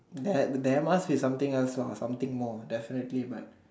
there there must be something else lah something more definitely but